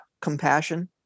compassion